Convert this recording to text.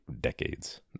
decades